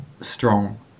strong